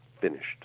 finished